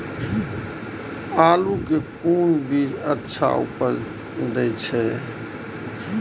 आलू के कोन बीज अच्छा उपज दे छे?